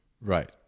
right